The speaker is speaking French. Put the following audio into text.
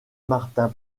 martin